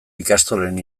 ikastolen